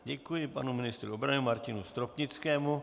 Děkuji panu ministru obrany Martinu Stropnickému.